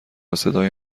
صدای